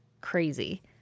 crazy